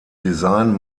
design